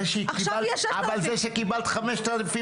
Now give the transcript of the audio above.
זה שקיבלת עוד 5,000,